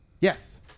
yes